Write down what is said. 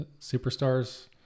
superstars